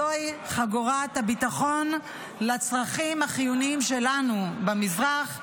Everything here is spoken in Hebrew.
זוהי חגורת הביטחון לצרכים החיוניים שלנו במזרח,